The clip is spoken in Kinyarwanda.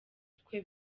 twe